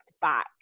back